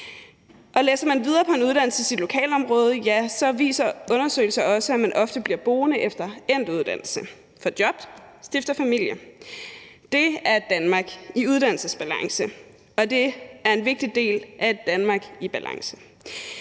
Og læser man videre på en uddannelse i sit lokalområde, så viser undersøgelser også, at man ofte bliver boende efter endt uddannelse – får job, stifter familie. Det er et Danmark i uddannelsesbalance, og det er en vigtig del af et Danmark i balance.